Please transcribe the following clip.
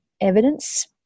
evidence